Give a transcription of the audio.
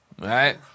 right